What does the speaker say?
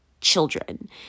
children